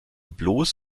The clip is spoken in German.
bloß